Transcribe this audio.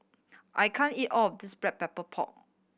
I can't eat all of this Black Pepper Pork